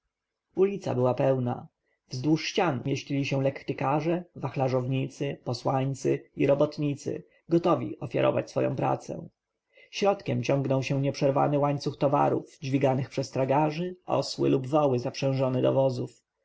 ulica była pełna wzdłuż ścian mieścili się lektykarze wachlarzownicy posłańcy i robotnicy gotowi ofiarować swoją pracę środkiem ciągnął się nieprzerwany łańcuch towarów dźwiganych przez tragarzy osły lub woły zaprzężone do wozów